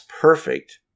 perfect